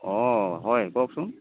অঁ হয় কওকচোন